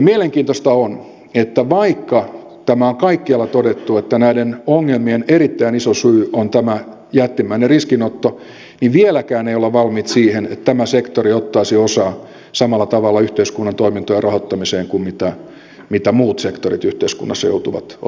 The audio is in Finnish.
mielenkiintoista on että vaikka on kaikkialla todettu että näiden ongelmien erittäin iso syy on tämä jättimäinen riskinotto niin vieläkään ei olla valmiita siihen että tämä sektori ottaisi osaa samalla tavalla yhteiskunnan toimintojen rahoittamiseen kuin mitä muut sektorit yhteiskunnassa joutuvat ottamaan osaa